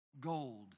gold